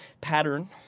pattern